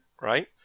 right